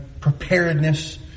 preparedness